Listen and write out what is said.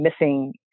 missing